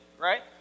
right